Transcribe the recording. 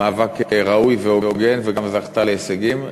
מאבק ראוי והוגן, וגם זכתה להישגים.